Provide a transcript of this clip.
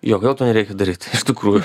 jo kodėl to nereikia daryt iš tikrųjų